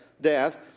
death